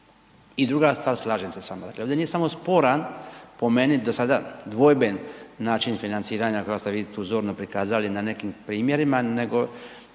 I druga stvar, slažem se s vama, dakle ovdje nije samo sporan po meni do sada dvojben način financiranja koja ste vi tu zorno prikazali na nekim primjerima nego